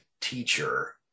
teacher